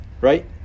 Right